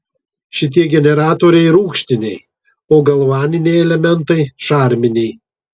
šitie generatoriai rūgštiniai o galvaniniai elementai šarminiai